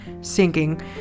sinking